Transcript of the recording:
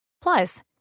Plus